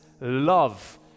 love